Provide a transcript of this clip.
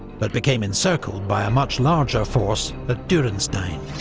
but became encircled by a much larger force at durenstein.